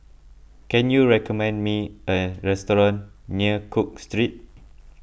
can you recommend me a restaurant near Cook Street